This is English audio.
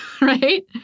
Right